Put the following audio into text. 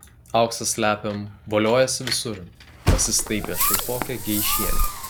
auksą slepiam voliojasi visur pasistaipė šaipokė geišienė